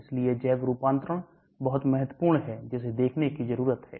इसलिए जैव रूपांतरण बहुत महत्वपूर्ण है जिसे देखने की जरूरत है